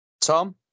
Tom